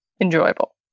enjoyable